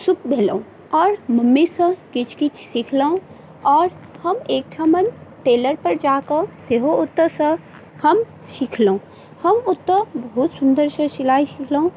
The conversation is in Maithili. उत्सुक भेलहुॅं आओर मम्मीसँ किछु किछु सिखलहुॅं आओर हम एकठाम टेलर पर जाकऽ सेहो ओतऽसँ हम सिखलहुॅं हम ओतऽ बहुत सुन्दरसँ सिलाइ सिखलहुॅं